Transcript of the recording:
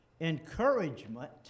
encouragement